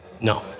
No